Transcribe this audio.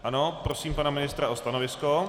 Ano, prosím pana ministra o stanovisko.